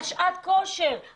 על שעת כושר,